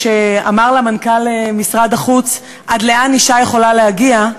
כשאמר לה מנכ"ל משרד החוץ עד לאן אישה יכולה להגיע,